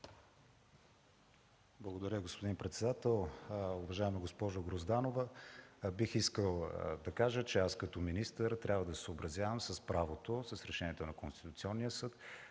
Благодаря, господин председател. Уважаема госпожо Грозданова, бих искал да кажа, че аз като министър трябва да се съобразявам с правото, с решенията на Конституционния съд,